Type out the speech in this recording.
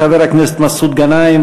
חבר הכנסת מסעוד גנאים,